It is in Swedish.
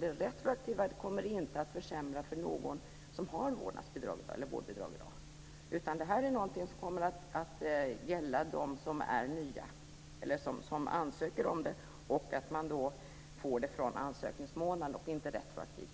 med retroaktiviteten kommer inte att försämra för någon som har vårdbidrag i dag. Det här är någonting som kommer att gälla dem som ansöker om det. De får då detta från ansökningsmånaden och inte retroaktivt.